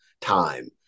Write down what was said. time